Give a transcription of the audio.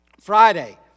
Friday